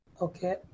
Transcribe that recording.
Okay